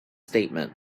statement